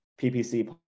PPC